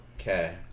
Okay